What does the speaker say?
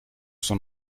son